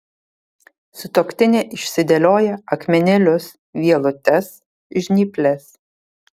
sutuoktinė išsidėlioja akmenėlius vielutes žnyples